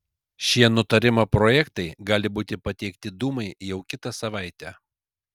šie nutarimo projektai gali būti pateikti dūmai jau kitą savaitę